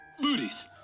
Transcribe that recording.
booties